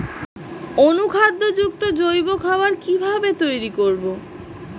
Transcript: অনুখাদ্য যুক্ত জৈব খাবার কিভাবে তৈরি করব?